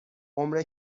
عمر